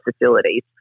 facilities